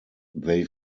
they